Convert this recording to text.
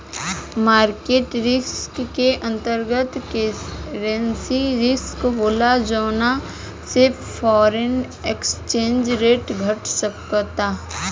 market risk के अंतर्गत, currency risk होला जौना से फॉरेन एक्सचेंज रेट घट सकता